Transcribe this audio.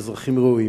ואזרחים ראויים.